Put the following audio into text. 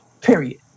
period